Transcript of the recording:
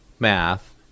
math